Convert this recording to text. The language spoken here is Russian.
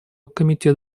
комитет